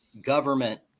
government